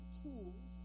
tools